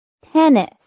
Tennis